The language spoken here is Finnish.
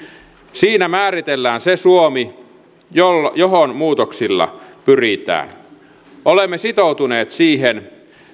siinä määritellään se suomi johon johon muutoksilla pyritään olemme sitoutuneet siihen